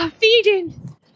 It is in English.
feeding